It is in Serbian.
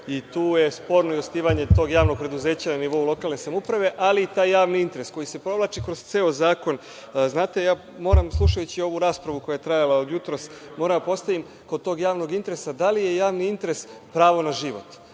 i tu je sporno i osnivanje tog javnog preduzeća na nivou lokalne samouprave, ali i taj javni interes koji se provlači kroz ceo zakon. Slušajući ovu raspravu koja je trajala od jutros, moram da postavim kod tog javnog interesa – da li je javni interes pravo na život?